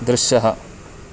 दृश्यः